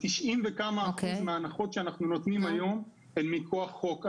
הדסה 90% ומעלה מההנחות שאנחנו נותנים הן מכוח חוק.